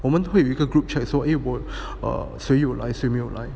我们会有一个 group chat 说我谁有来谁没有来